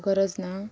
गरज ना